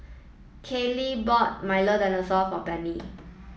Kaley bought Milo dinosaur for Penny